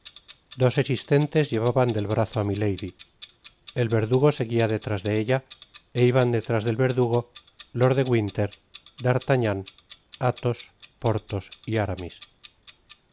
dos asistentes llevaban del brazo á milady el verdugo seguia detrás de ella é iban detrás del verdugo jprd de wioíer d'artagnan atbos porthos y aramis